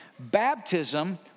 baptism